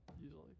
usually